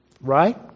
Right